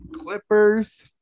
Clippers